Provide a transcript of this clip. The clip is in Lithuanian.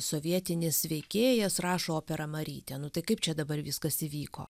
sovietinis veikėjas rašo operą marytė nu tai kaip čia dabar viskas įvyko